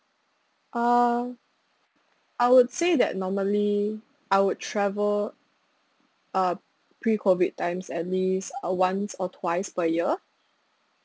uh I would say that normally I would travel uh pre COVID times at least uh once or twice per year